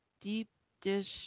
deep-dish